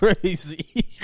crazy